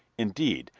indeed,